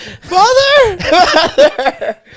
Father